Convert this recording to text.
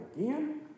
again